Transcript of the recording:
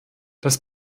das